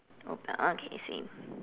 open okay same